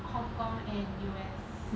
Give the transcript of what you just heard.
hong-kong and U_S